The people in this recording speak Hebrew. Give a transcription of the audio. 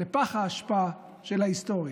לפח האשפה של ההיסטוריה.